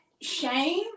Shame